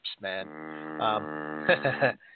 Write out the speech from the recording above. man